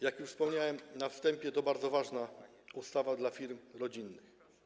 Jak już wspomniałem na wstępie, to bardzo ważna ustawa dla firm rodzinnych.